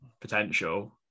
potential